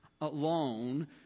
alone